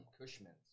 Cushman's